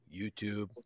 YouTube